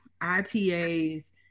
IPAs